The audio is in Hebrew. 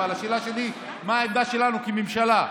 אבל השאלה שלי היא מה העמדה שלנו כממשלה.